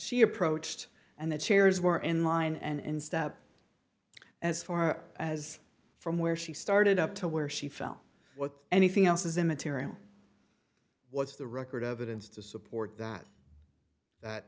she approached and the chairs were in line and in step as far as from where she started up to where she fell what anything else is immaterial what's the record evidence to support that that